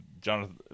Jonathan